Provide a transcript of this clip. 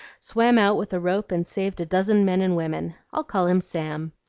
swam out with a rope and saved a dozen men and women. i'll call him sam.